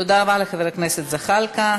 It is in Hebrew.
תודה לחבר הכנסת זחאלקה.